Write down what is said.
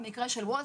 במקרה של וולט,